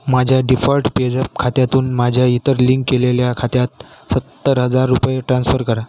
माझ्या default PayZapp खात्यातून माझ्या इतर लिंक केलेल्या खात्यात सत्तर हजार रुपये ट्रान्सफर करा